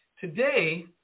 today